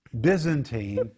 Byzantine